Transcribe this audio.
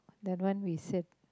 that one we said